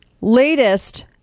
latest